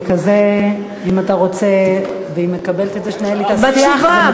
אם אתה רוצה והיא מקבלת את זה, בשיח זה מתקבל.